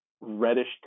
reddish